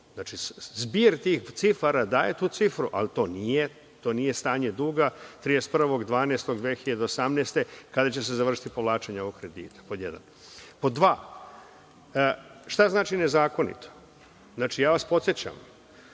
Zbir tih cifara daje tu cifru, ali to nije stanje duga 31.12.2018. godine, kada će se završiti povlačenje ovog kredita, pod jedan. Pod dva, šta znači nezakonito? Podsećam